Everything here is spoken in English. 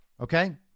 Okay